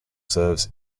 serves